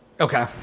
Okay